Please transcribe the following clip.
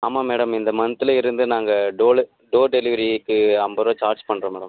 ஆமாம் மேடம் இந்த மந்தில் இருந்து நாங்கள் டோலு டோர் டெலிவரிக்கு ஐம்பது ரூபா சார்ஜ் பண்ணுறோம் மேடம்